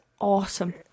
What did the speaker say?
awesome